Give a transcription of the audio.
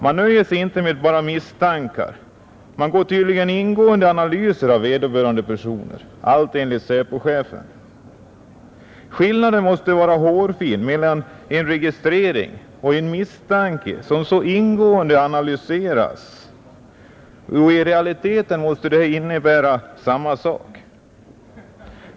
Man nöjer sig inte med bara misstankar, man gör tydligen ingående analyser av vederbörande personer, allt enligt SÄPO-chefen. Skillnaden måste vara hårfin mellan en registrering och en misstanke, som så ingående analyseras. I realiteten måste det innebära samma sak.